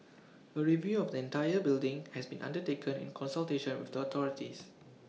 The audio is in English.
A review of the entire building has been undertaken in consultation with the authorities